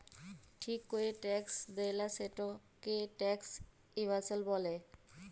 ঠিক ক্যরে ট্যাক্স দেয়লা, সেটকে ট্যাক্স এভাসল ব্যলে